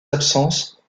absences